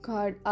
God